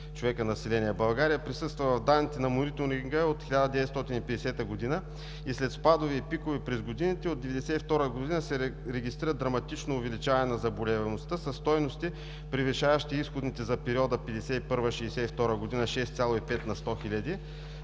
човека население в България. Присъства в данните на мониторинга от 1950 г. и след спадове и пикове през годините от 1992 г. се регистрира драматично увеличаване на заболеваемостта със стойности, превишаващи изходните за периода 1951 – 1962 г. 6,5 на сто хиляди.